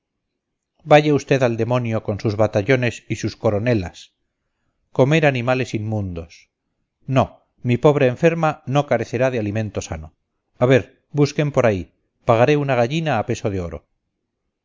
vaya usted al demonio con sus batallones y sus coronelas comer animales inmundos no mi pobre enferma no carecerá de alimento sano a ver busquen por ahí pagaré una gallina a peso de oro